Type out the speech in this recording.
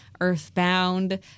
Earthbound